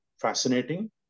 fascinating